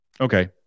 Okay